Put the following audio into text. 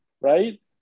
right